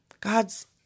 God's